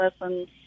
lessons